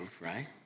right